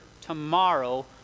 tomorrow